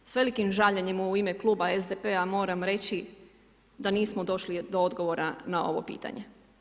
Ja vam s velikim žaljenjem u ime kluba SDP-a moram reći da nismo došli do odgovora na ovo pitanje.